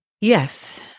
Yes